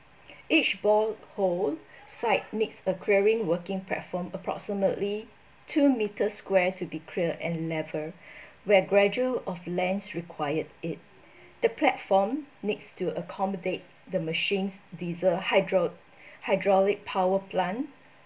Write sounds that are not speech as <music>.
each bored hole site needs a clearing working platform approximately two meter square to be cleared and level <breath> where gradual of lands required it the platform next to accommodate the machines diesel hydro hydraulic power plant